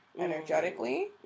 energetically